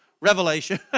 revelation